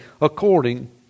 according